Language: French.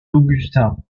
augustins